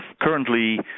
currently